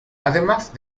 además